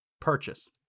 purchase